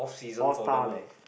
all star leh